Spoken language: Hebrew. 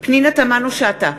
פנינה תמנו-שטה,